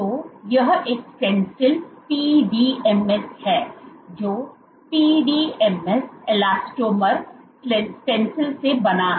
तो यह एक स्टेंसिल PDMS है जो PDMS इलास्टोमेर स्टैंसिल से बना है